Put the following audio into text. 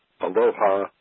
aloha